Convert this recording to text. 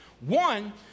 One